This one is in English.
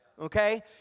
okay